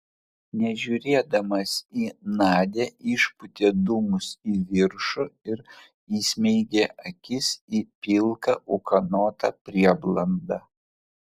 nežiūrėdamas į nadią išpūtė dūmus į viršų ir įsmeigė akis į pilką ūkanotą prieblandą